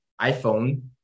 iPhone